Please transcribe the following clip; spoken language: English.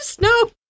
no